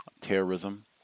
terrorism